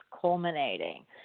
culminating